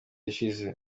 ishize